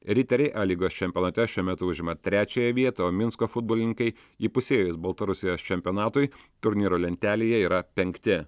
riteriai a lygos čempionate šiuo metu užima trečiąją vietą o minsko futbolininkai įpusėjus baltarusijos čempionatui turnyro lentelėje yra penkti